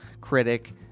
critic